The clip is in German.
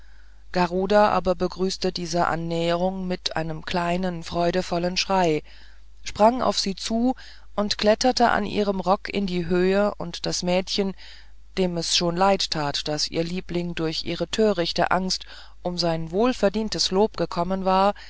garuda aber begrüßte diese annäherung mit einem kleinen freudevollen schrei sprang auf sie zu und kletterte an ihrem rock in die höhe und das mädchen dem es schon leid tat daß ihr liebling durch ihre törichte angst um sein wohlverdientes lob gekommen war